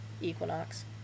Equinox